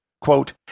quote